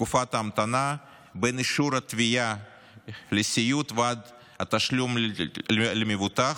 תקופת ההמתנה בין אישור התביעה לסיעוד ועד התשלום למבוטח,